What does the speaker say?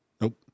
Nope